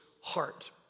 heart